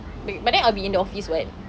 but but then I'll be in the office [what]